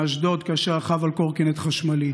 מאשדוד כאשר רכב על קורקינט חשמלי.